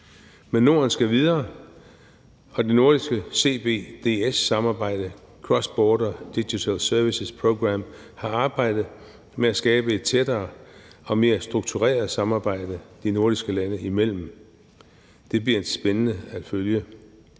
Norden skal videre, og det nordiske CBDS-samarbejde, Cross Border Digital Services Programme, har arbejdet med at skabe et tættere og mere struktureret samarbejde de nordiske lande imellem. Det bliver spændende at følge.